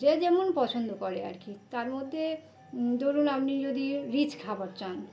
যে যেমন পছন্দ করে আর কি তার মধ্যে ধরুন আপনি যদি রিচ খাবার চান